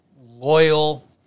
loyal